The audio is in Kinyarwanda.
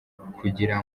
kugira